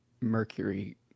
mercury